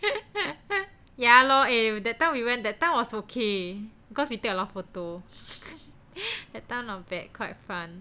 ya lor eh that time we went that time was okay cause we take a lot of photo that time not bad quite fun